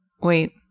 Wait